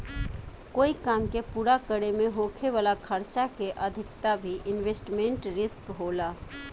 कोई काम के पूरा करे में होखे वाला खर्चा के अधिकता भी इन्वेस्टमेंट रिस्क होला